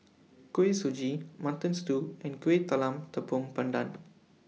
Kuih Suji Mutton Stew and Kueh Talam Tepong Pandan